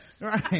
right